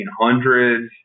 1800s